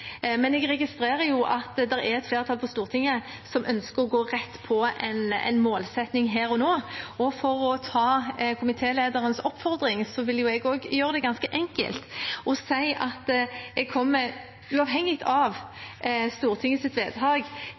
men jeg registrerer at det er et flertall på Stortinget som ønsker å gå rett på en målsetting her og nå. For å ta komitélederens oppfordring vil jeg gjøre det ganske enkelt og si at jeg, uavhengig av stortingets vedtak,